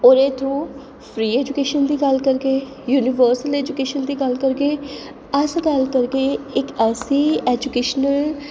ओह्दे free to education दी गल्ल करगे युनिवर्सल ऐजूकेशन दी गल्ल करगे अस गल्ल करगे इक्क ऐसी ऐजूकेशनल